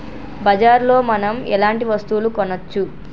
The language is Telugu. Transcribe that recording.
బజార్ లో మనం ఎలాంటి వస్తువులు కొనచ్చు?